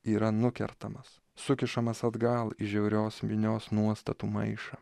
yra nukertamas sukišamas atgal į žiaurios minios nuostatų maišą